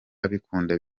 abikunda